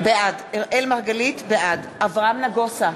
בעד אברהם נגוסה,